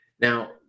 Now